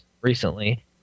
recently